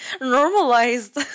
normalized